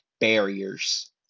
barriers